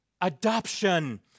adoption